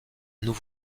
nous